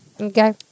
Okay